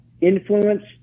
influence